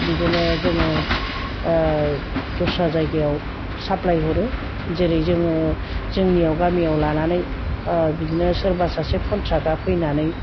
बिदिनो जोङो दस्रा जायगायाव साप्लाय हरो जेरै जोङो जोंनियाव गामियाव लानानै सोरबा सासे कन्ट्राक्टआ फैनानै